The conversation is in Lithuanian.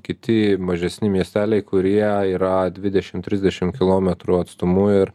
kiti mažesni miesteliai kurie yra dvidešim trisdešim kilometrų atstumu ir